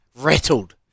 rattled